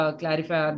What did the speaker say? clarify